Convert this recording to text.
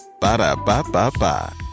Ba-da-ba-ba-ba